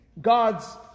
God's